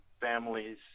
families